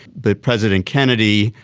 but president kennedy,